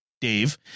Dave